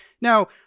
Now